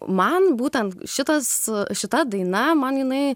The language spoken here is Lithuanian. man būtent šitas šita daina man jinai